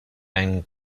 and